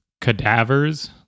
cadavers